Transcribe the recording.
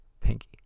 pinky